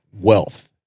wealth